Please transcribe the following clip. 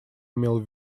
имел